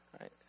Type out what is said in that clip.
right